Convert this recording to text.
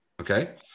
Okay